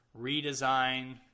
redesign